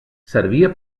servia